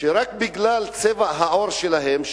שרק בגלל צבע העור שלהם,